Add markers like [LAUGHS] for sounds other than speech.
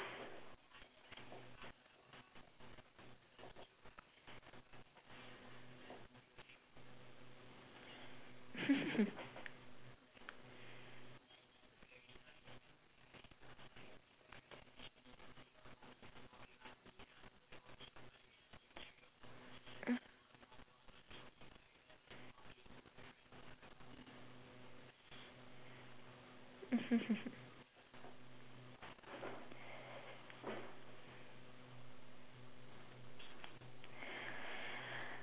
[LAUGHS]